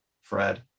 fred